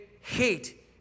hate